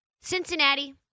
Cincinnati